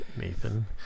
nathan